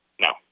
No